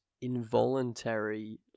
involuntary